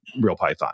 RealPython